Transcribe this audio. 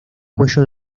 cuello